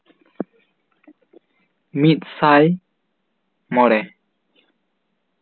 ᱢᱤᱫ ᱥᱟᱭ ᱢᱚᱲᱬᱮ